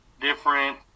different